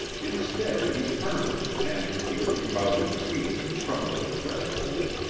instead he turned and, looking about his feet in front of the threshold,